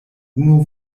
unu